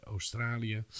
Australië